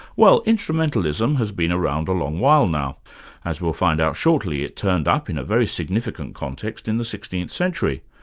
well, instrumentalism has been around a long while now as we'll find out shortly, it turned up in a very significant context in the sixteenth century.